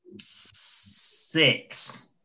six